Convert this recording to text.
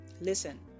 Listen